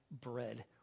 bread